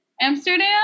Amsterdam